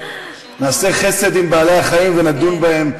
נעשה חסד עם בעלי-החיים ונדון בהם.